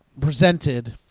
presented